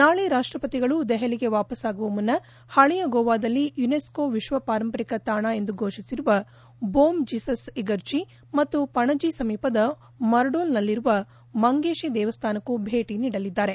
ನಾಳೆ ರಾಷ್ಷಪತಿಗಳು ದೆಹಲಿಗೆ ವಾಪಸ್ಗಾಗುವ ಮುನ್ನ ಹಳೆಯ ಗೋವಾದಲ್ಲಿ ಯುನೆಸ್ತೋ ವಿಶ್ವಪಾರಂಪರಿಕ ತಾಣ ಎಂದು ಫೋಷಿಸಿರುವ ಬೋಮ್ ಜೀಸಸ್ ಇಗರ್ಜಿ ಮತ್ತು ಪಣಜಿ ಸಮೀಪದ ಮರ್ಡೋಲ್ನಲ್ಲಿರುವ ಮಂಗೇತಿ ದೇವಸ್ವಾನಕ್ಕೂ ಭೇಟಿ ನೀಡಲಿದ್ದಾರೆ